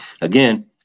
Again